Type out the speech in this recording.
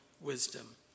wisdom